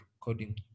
coding